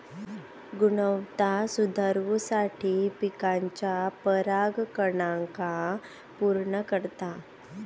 गुणवत्ता सुधरवुसाठी पिकाच्या परागकणांका पुर्ण करता